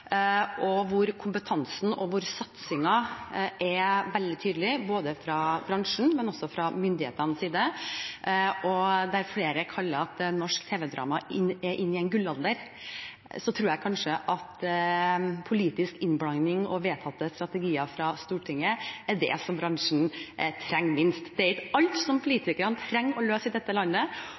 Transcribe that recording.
etterspurt internasjonalt, kompetansen og satsingen er veldig tydelig både fra bransjens og fra myndighetenes side, og flere sier at norsk tv-drama er inne i en gullalder. Da tror jeg at politisk innblanding og vedtatte strategier fra Stortinget er det bransjen trenger minst. Det er ikke alt politikerne trenger å løse i dette landet,